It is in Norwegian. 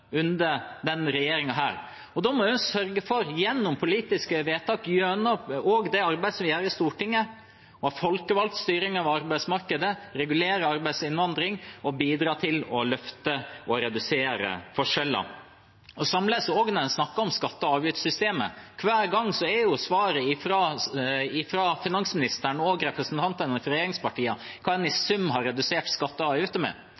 under denne regjeringen. Da må en gjennom politiske vedtak, gjennom det arbeidet som vi gjør i Stortinget, sørge for å ha folkevalgt styring av arbeidsmarkedet, regulere arbeidsinnvandring og bidra til å løfte og å redusere forskjeller. Det er på samme måte når en snakker om skatte- og avgiftssystemet. Hver gang er svaret fra finansministeren og fra representantene fra regjeringspartiene hva en i sum har redusert skatter og avgifter med.